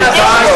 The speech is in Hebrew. איזה שלום?